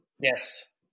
Yes